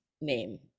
name